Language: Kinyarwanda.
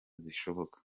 zishoboka